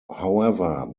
however